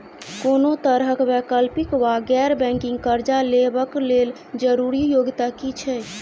कोनो तरह कऽ वैकल्पिक वा गैर बैंकिंग कर्जा लेबऽ कऽ लेल जरूरी योग्यता की छई?